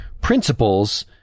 principles